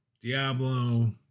Diablo